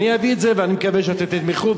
אני אביא את זה ואני מקווה שאתם תתמכו,